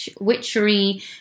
Witchery